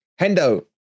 Hendo